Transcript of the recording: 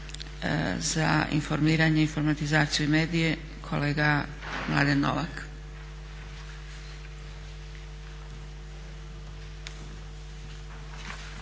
za informiranje, informatizaciju i medije kolega Mladen Novak.